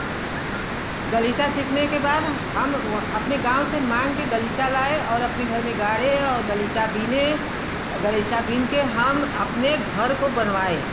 गलीचा सीखने के बाद हम व अपने गाँव से माँग कर गलीचा लाए और अपने घर में गाड़े और गलीचा बीने और गलीचा बीन कर हम अपने घर को बनवाए